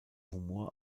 humor